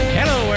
hello